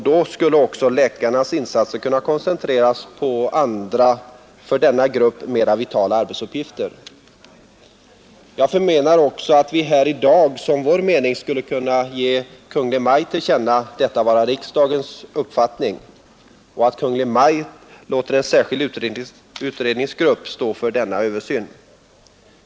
Då skulle också läkarnas insatser kunna koncentreras på andra, för denna grupp mera vitala arbetsuppgifter. Jag anser att vi här i dag som vår mening skulle kunna ge Kungl. Maj:t detta till känna och uppdraga åt Kungl. Maj:t att låta en särskild utredningsgrupp stå för denna översyn.